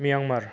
लियांबाय